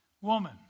Woman